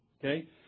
okay